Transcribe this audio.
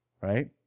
right